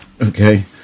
Okay